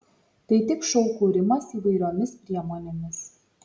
tai tik šou kūrimas įvairiomis priemonėmis